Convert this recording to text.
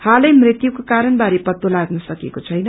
हालै मृत्युको कारण बारे पत्तो लाग्न सकेको छैन